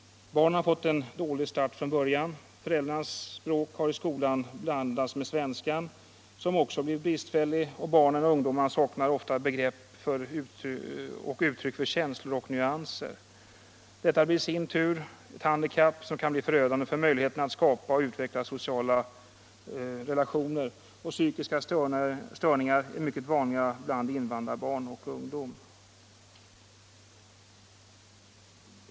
Barnen har fått en dålig start från början. Föräldrarnas språk har i skolan blandats med svenskan, som också har blivit bristfällig, och barnen och ungdomarna saknar ofta begrepp och uttryck för känslor och nyanser. Detta handikapp kan i sin tur bli förödande för möjligheterna att skapa utvecklande sociala relationer, varför psykiska störningar också är mycket vanliga bland invandrarbarn och invandrarungdom.